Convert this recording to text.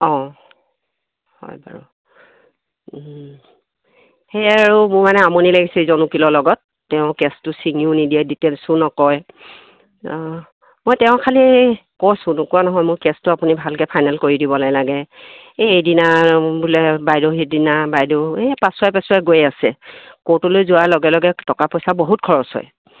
অঁ হয় বাৰু সেয়াই আৰু মোৰ মানে আমনি লাগিছে ইজন উকীলৰ লগত তেওঁ কেছটো চিঙিও নিদিয়ে ডিটেইলছো নকয় অঁ মই তেওঁ খালি কৈছোঁ নোকোৱা নহয় মোৰ কেছটো আপুনি ভালকৈ ফাইনেল কৰি দিবলৈ লাগে এই এইদিনা বোলে বাইদেউ সেইদিনা বাইদেউ এই পাছুৱাই পাছুৱাই গৈ আছে ক'ৰ্টলৈ যোৱাৰ লগে লগে টকা পইচা বহুত খৰচ হয়